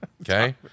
Okay